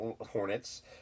Hornets